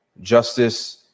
Justice